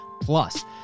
Plus